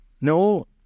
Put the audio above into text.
No